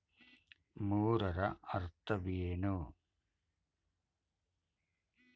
ಮೂರರ ಅರ್ಥವೇನು?